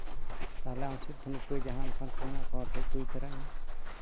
ᱛᱟᱦᱚᱞᱮ ᱟᱢ ᱥᱮᱫ ᱠᱷᱚᱱ ᱩᱯᱟᱹᱭ ᱡᱟᱦᱟᱸᱭ ᱚᱱᱠᱟᱱ ᱢᱮᱱᱟᱜ ᱠᱚᱣᱟ ᱱᱚᱛᱮ ᱠᱷᱚᱱ ᱠᱚ ᱤᱫᱤ ᱛᱟᱨᱟᱧᱟ